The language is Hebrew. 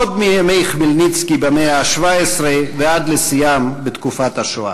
עוד מימי חמלניצקי במאה ה-17 ועד לשיאם בתקופת השואה.